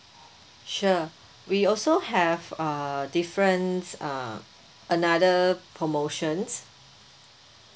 sure we also have a different uh another promotions